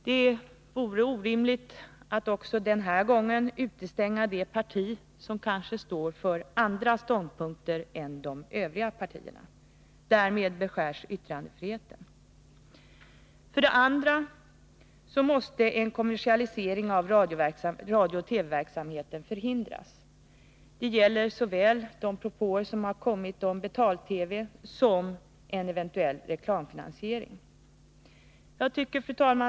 Det vore orimligt att också den här gången utestänga det parti som kanske står för andra ståndpunkter än de övriga partierna — därmed beskärs yttrandefriheten. För det andra måste en kommersialisering av radiooch TV-verksamheten förhindras. Det gäller såväl de propåer som har kommit om betal-TV som en eventuell reklamfinansiering.